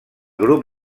grup